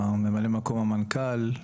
ממלא מקום המנכ"ל,